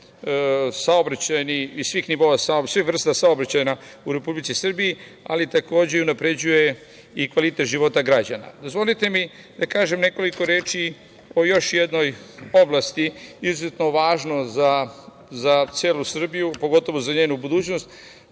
saobraćajnih i svih vrsta saobraćaja u Republici Srbiji, ali takođe unapređuje i kvalitet života građana. Dozvolite mi da kažem nekoliko reči o još jednoj oblasti, izuzeto važno za celu Srbiju, pogotovo za njenu budućnost.